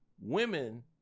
women